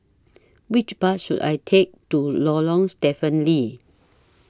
Which Bus should I Take to Lorong Stephen Lee